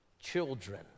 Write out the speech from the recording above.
Children